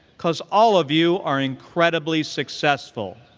because all of you are incredibly successful.